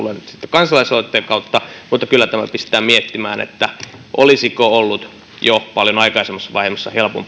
kansalaisaloitteen kautta mutta kyllä tämä pistää miettimään olisiko ollut helpompaa hoitaa tämä perinteistä kautta jo paljon aikaisemmassa vaiheessa